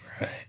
Right